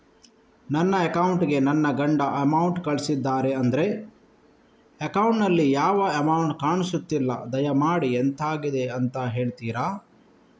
ನನ್ನ ಅಕೌಂಟ್ ಗೆ ನನ್ನ ಗಂಡ ಅಮೌಂಟ್ ಕಳ್ಸಿದ್ದಾರೆ ಆದ್ರೆ ಅಕೌಂಟ್ ನಲ್ಲಿ ಯಾವ ಅಮೌಂಟ್ ಕಾಣಿಸ್ತಿಲ್ಲ ದಯಮಾಡಿ ಎಂತಾಗಿದೆ ಅಂತ ಹೇಳ್ತೀರಾ?